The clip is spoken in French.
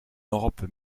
europe